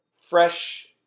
fresh